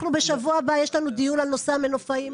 בשבוע הבא יש לנו דיון בנושא המנופאים,